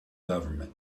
government